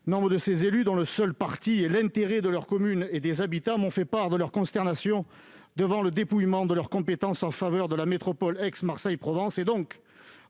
Nombre d'élus communaux dont le seul parti est l'intérêt de leur commune et de ses habitants m'ont fait part de leur consternation devant le dépouillement de leurs compétences en faveur de la métropole d'Aix-Marseille-Provence,